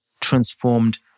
transformed